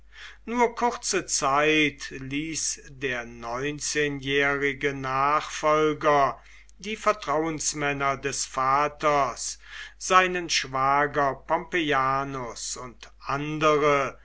nur kurze zeit ließ der neunzehnjährige nachfolger die vertrauensmänner des vaters seinen schwager pompeianus und andere